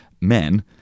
men